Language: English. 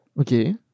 Okay